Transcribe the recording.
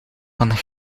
van